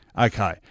Okay